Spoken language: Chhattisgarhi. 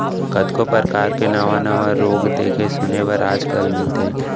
कतको परकार के नावा नावा रोग देखे सुने बर आज काल मिलथे